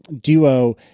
Duo